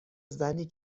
زنی